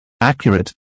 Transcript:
Accurate